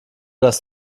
dass